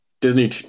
Disney